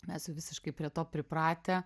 mes visiškai prie to pripratę